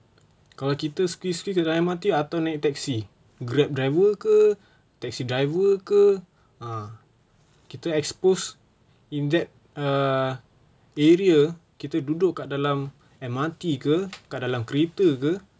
kalau kita squeeze squeeze naik M_R_T atau naik taxi grab driver ke taxi driver ke ah kita expose in that uh area kita duduk kat dalam M_R_T ke kat dalam kereta ke